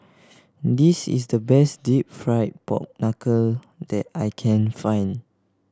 this is the best Deep Fried Pork Knuckle that I can find